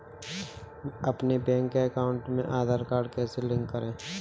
अपने bank account में Aadhaar card कैसे लिंक करें?